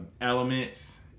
Elements